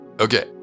Okay